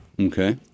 Okay